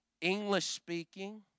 English-speaking